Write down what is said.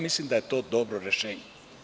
Mislim da je to dobro rešenje.